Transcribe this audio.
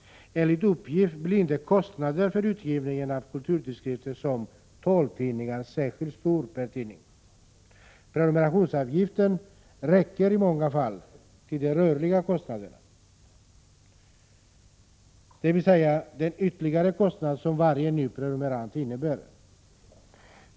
Enligt uppgift blir inte kostnaden för utgivning av kulturtidskrifter som taltidningar särskilt stor per tidning. Prenumerationsavgiften räcker i många fall till de rörliga kostnaderna, dvs. den ytterligare kostnad som varje ny prenumerant innebär.